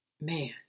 Man